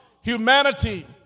humanity